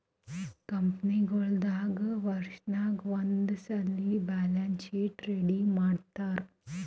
ಕಂಪನಿಗೊಳ್ ದಾಗ್ ವರ್ಷನಾಗ್ ಒಂದ್ಸಲ್ಲಿ ಬ್ಯಾಲೆನ್ಸ್ ಶೀಟ್ ರೆಡಿ ಮಾಡ್ತಾರ್